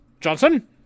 Johnson